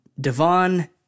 Devon